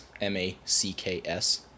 M-A-C-K-S